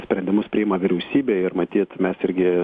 sprendimus priima vyriausybė ir matyt mes irgi